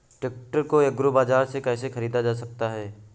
Tractor को agri बाजार से कैसे ख़रीदा जा सकता हैं?